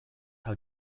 how